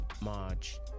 march